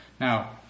Now